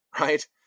right